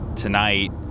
tonight